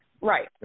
Right